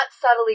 subtly